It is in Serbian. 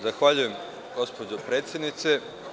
Zahvaljujem, gospođo predsednice.